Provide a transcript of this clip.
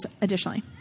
additionally